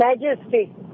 Majesty